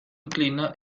inclina